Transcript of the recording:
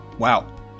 Wow